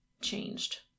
changed